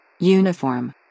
Uniform